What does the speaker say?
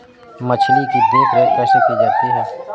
मछली की देखरेख कैसे की जाती है?